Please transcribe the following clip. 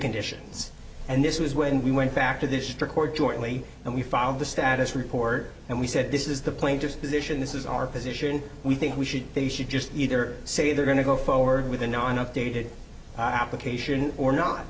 preconditions and this was when we went back to this trick or jointly and we found the status report and we said this is the plane just position this is our position we think we should they should just either say they're going to go forward with a non updated application or not